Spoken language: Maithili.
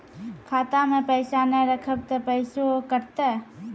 खाता मे पैसा ने रखब ते पैसों कटते?